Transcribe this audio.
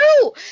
true